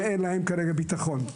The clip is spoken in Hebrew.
ואין להם כרגע ביטחון.